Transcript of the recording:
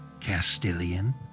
castilian